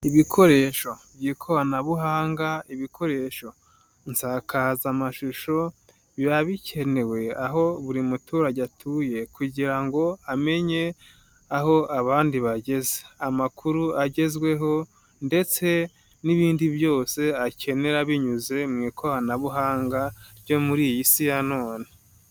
Ibikoresho by'ikoranabuhanga, ibikoresho nsakazamashusho, biba bikenewe aho buri muturage atuye kugira ngo amenye aho abandi bageze. Amakuru agezweho ndetse n'ibindi byose akenera binyuze mu ikoranabuhanga ryo muri iyi si ya none.